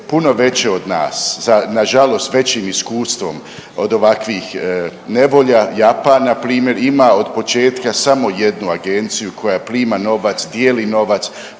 puno veće od nas na žalost većim iskustvom od ovakvih nevolja, Japan na primjer ima od početka samo jednu agenciju koja prima novac, dijeli novac,